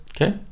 Okay